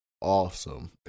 Awesome